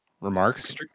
remarks